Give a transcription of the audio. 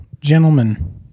gentlemen